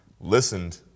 listened